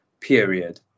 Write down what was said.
period